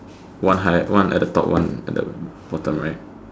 one high one at the top one at the bottom right